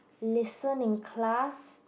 listen in class